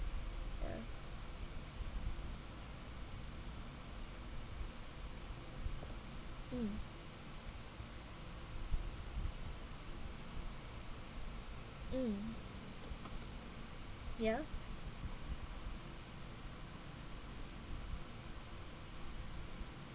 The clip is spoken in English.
ya mm mm ya